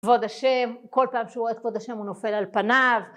כבוד השם, כל פעם שהוא רואה כבוד השם הוא נופל על פניו